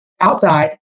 outside